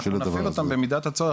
אנחנו נפעיל אותם במידת הצורך,